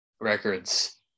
records